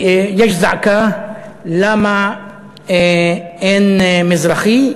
יש זעקה למה אין מזרחי,